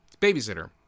babysitter